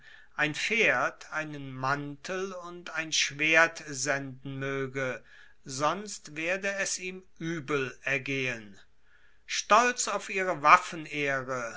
ein pferd einen mantel und ein schwert senden moege sonst werde es ihm uebel ergehen stolz auf ihre